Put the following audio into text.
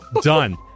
Done